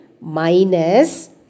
minus